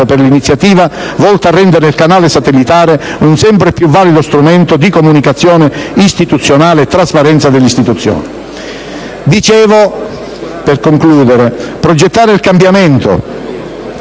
per l'iniziativa volta a rendere il canale satellitare un sempre più valido strumento di comunicazione istituzionale e di trasparenza dell'Istituzione. Dicevo, progettare il cambiamento: